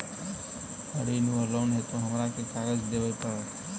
ऋण वा लोन हेतु हमरा केँ कागज देबै पड़त?